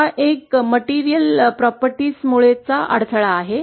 हा भौतिक गुणधर्मां मुळे अडथळा आहे